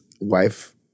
wife